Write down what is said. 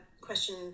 question